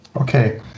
Okay